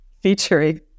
featuring